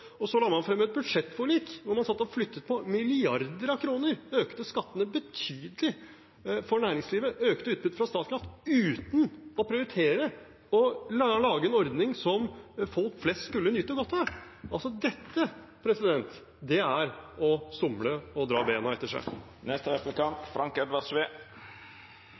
Så la man fram et budsjettforlik, hvor man satt og flyttet på milliarder av kroner og økte skattene betydelig for næringslivet, økte utbyttet fra Statkraft, uten å prioritere å lage en ordning som folk flest skulle nyte godt av. Dette er å somle og dra bena etter seg.